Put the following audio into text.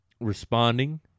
responding